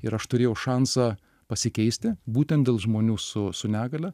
ir aš turėjau šansą pasikeisti būtent dėl žmonių su su negalia